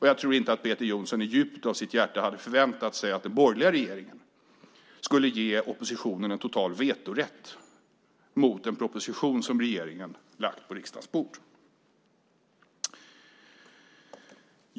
Jag tror inte heller att Peter Jonsson i djupet av sitt hjärta hade förväntat sig att den borgerliga regeringen skulle ge oppositionen en total vetorätt mot en proposition som regeringen lagt på riksdagens bord.